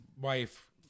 wife